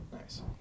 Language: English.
Nice